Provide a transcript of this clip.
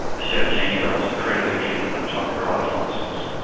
a seventeen year old is incredibly restricted on the type of drivers licence,